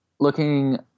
Looking